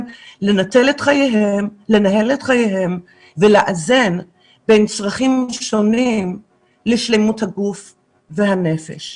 לנהל את חייהם ולאזן בין צרכים שונים לשלמות הגוף והנפש.